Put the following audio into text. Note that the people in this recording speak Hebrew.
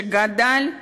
שגדל,